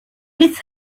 pith